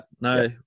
No